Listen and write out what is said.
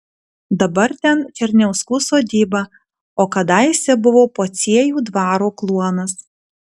dabar ten černiauskų sodyba o kadaise buvo pociejų dvaro kluonas